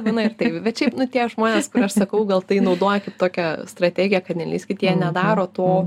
būna ir taip bet šiaip nu tie žmonės aš sakau gal tai naudoja kaip tokią strategiją kad nelįskit jie nedaro to